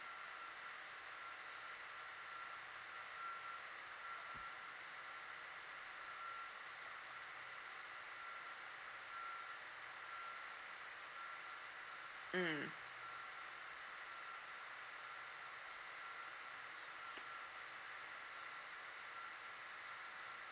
mm